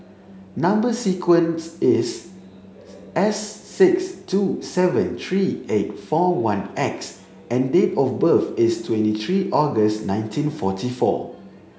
number sequence is S six two seven three eight four one X and date of birth is twenty three August nineteen forty four